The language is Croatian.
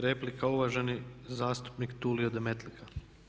Replika uvaženi zastupnik Tulio Demetlika.